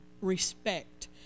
Respect